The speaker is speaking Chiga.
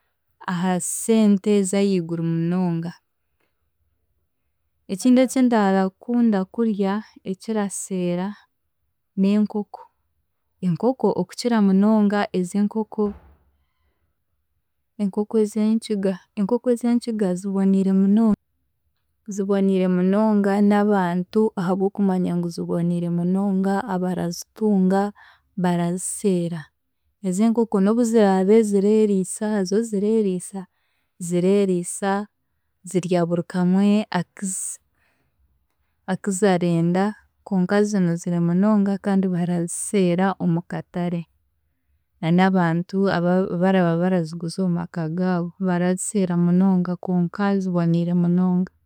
Aha sente ez'ahiiguru munonga. Ekindi ekindakunda kurya ekiraseera n'enkoko. Enkoko okukira munonga ez'enkoko enkoko ez'Enkiga. Enkoko ez'Enkiga ziboniire munonga. Ziboniire munonga n'abantu ahabw'okumanya ngu ziboniire munonga abarazitunga baraziseera. Ez'enkoko n'obu ziraabe zireeriisa zo zireeriiza, zireeriisa zirya buri kamwe akizi akizarenda konka zinuzire munonga kandi baraziseera omu katare na n'abantu aba abaraba baraziguza omu maka gaabo baraziseera munonga konka ziboniire munonga.